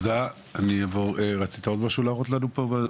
תודה רבה, רצית להראות לנו משהו נוסף?